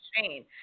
chain